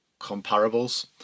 comparables